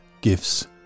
gifts